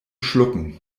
schlucken